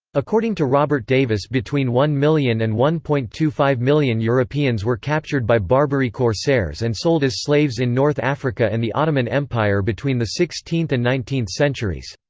according to robert davis between one million and one point two five million europeans were captured by barbary corsairs and sold as slaves in north africa and the ottoman empire between the sixteenth and nineteenth centuries.